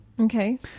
Okay